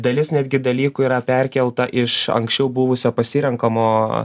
dalis netgi dalykų yra perkelta iš anksčiau buvusio pasirenkamo